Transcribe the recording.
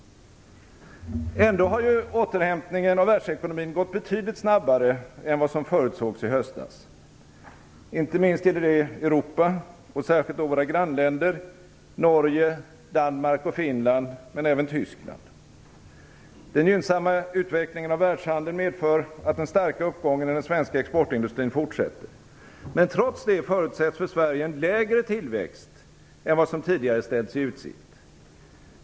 Ändå har återhämtningen av världsekonomin gått betydligt snabbare än vad som förutsågs i höstas. Inte minst gäller detta Europa, och särskilt då våra grannländer, Norge, Danmark och Finland men även Tyskland. Den gynnsamma utvecklingen av världshandeln medför att den starka uppgången i den svenska exportindustrin fortsätter. Men trots detta förutses för Sverige en lägre tillväxt än vad som tidigare ställts i utsikt.